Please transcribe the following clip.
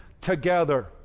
together